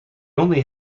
only